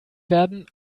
werden